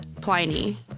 Pliny